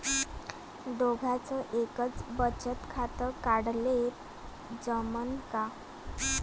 दोघाच एकच बचत खातं काढाले जमनं का?